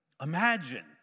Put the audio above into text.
Imagine